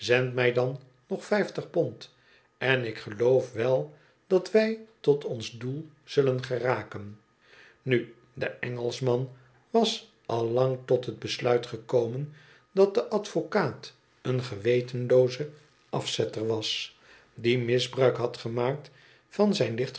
mij dan nog vijftig pond en ik geloof wel dat wij tot ons doel zullen geraken nu de engelschman was al lang tot het besluit gekomen dat de advocaat een gcwetenlooze afzetter was die misbruik had gemaakt van zijn